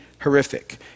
horrific